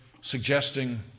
suggesting